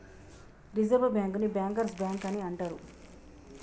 reserve బ్యాంకుని bankers bank అని అంటరు